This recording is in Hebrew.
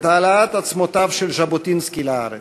את העלאת עצמותיו של ז'בוטינסקי לארץ,